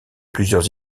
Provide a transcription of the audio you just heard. plusieurs